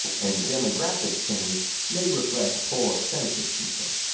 and the demographic change may reflect poor census keeping,